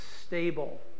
stable